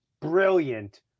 Brilliant